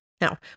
Now